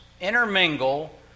intermingle